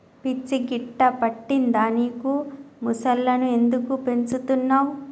పిచ్చి గిట్టా పట్టిందా నీకు ముసల్లను ఎందుకు పెంచుతున్నవ్